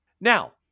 Now